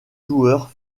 joueurs